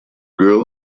girl